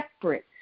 separate